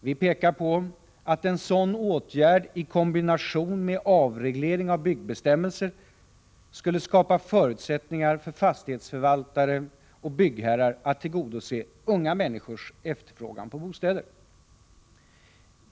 Vi pekar på att en sådan åtgärd i kombination med avreglering av byggbestämmelser skulle skapa förutsättningar för fastighetsförvaltare och byggherrar att tillgodose unga människors efterfrågan på bostäder.